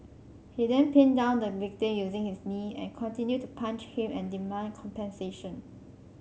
he then pinned down the victim using his knee and continued to punch him and demand compensation